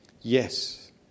Yes